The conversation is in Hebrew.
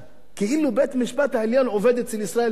כאילו בית-המשפט עובד אצל ישראל ביתנו.